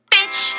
Bitch